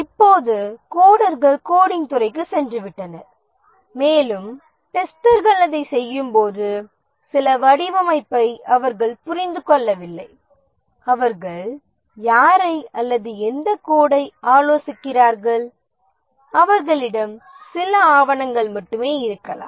இப்போது கோடர்கள் கோடிங் துறைக்குச் சென்றுவிட்டனர் மேலும் டெஸ்டர்கள் அதைச் செய்யும்போது சில வடிவமைப்பை அவர்கள் புரிந்து கொள்ளவில்லை அவர்கள் யாரை அல்லது கோடை ஆலோசிக்கிறார்கள் அவர்களிடம் சில ஆவணங்கள் மட்டுமே இருக்கலாம்